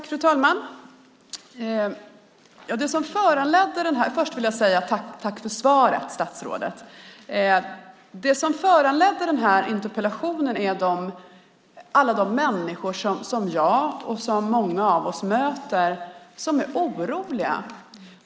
Fru talman! Jag vill först tacka statsrådet för svaret. Det som föranledde den här interpellationen är alla de människor som jag och många av oss möter som är oroliga.